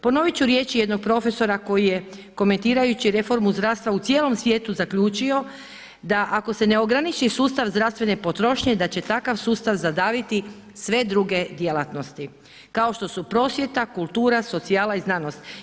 Ponovit ću riječi jednog profesora koji je komentirajući reformu zdravstva u cijelom svijetu zaključio da ako se ne ograniči sustav zdravstvene potrošnje da će takav sustav zadaviti sve druge djelatnosti kao što su prosvjeta, kultura, socijala i znanost.